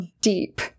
deep